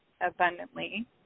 abundantly